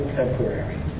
temporary